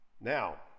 Now